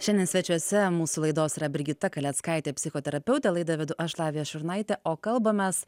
šiandien svečiuose mūsų laidos yra brigita kaleckaitė psichoterapeutė laidą vedu aš lavija šurnaitė o kalbamės